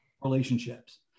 relationships